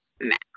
next